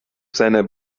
seiner